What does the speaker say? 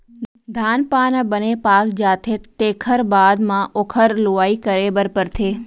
धान पान ह बने पाक जाथे तेखर बाद म ओखर लुवई करे बर परथे